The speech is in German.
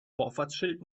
vorfahrtsschild